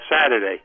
Saturday